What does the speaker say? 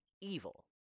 evil